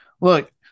Look